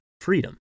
freedom